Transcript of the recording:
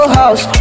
house